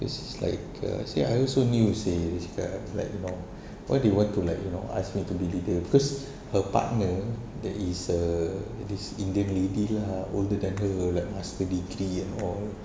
cause is like err say I also new say dia cakap like you know why they want to like you know ask me be leader because her partner that is uh this indian lady lah older than her like master degree and all